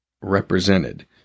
represented